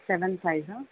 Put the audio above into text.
seven five